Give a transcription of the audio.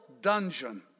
dungeon